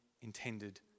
intended